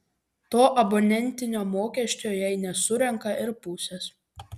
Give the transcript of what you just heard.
to abonentinio mokesčio jei nesurenka ir pusės